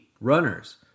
runners